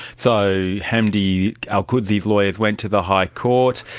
so hamdi alqudsi's lawyers went to the high court.